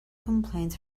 complaints